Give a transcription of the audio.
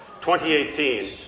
2018